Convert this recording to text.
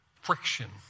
friction